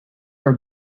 our